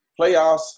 Playoffs